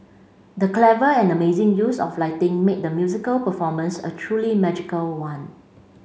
the clever and amazing use of lighting made the musical performance a truly magical one